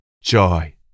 joy